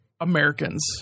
Americans